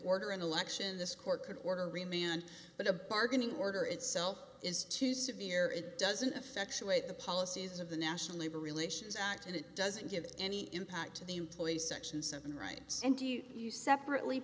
order an election this court could order remained but a bargaining order itself is too severe it doesn't affectionate the policies of the national labor relations act and it doesn't give any impact to the employee section seven rights and do you separately